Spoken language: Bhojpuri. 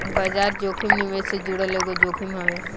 बाजार जोखिम निवेश से जुड़ल एगो जोखिम हवे